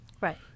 Right